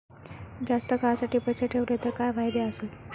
जास्त काळासाठी पैसे ठेवले तर काय फायदे आसत?